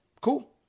cool